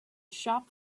shop